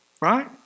Right